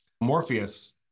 morpheus